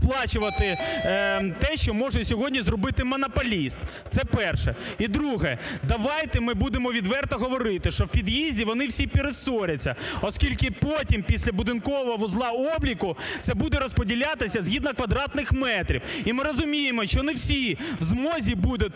те, що може сьогодні зробити монополіст. Це перше. І друге. Давайте ми будемо відверто говорити, що в під'їзді вони всі пересоряться, оскільки потім, після будинкового вузла обліку, це буде розподілятися згідно квадратних метрів. І ми розуміємо, що не всі в змозі будуть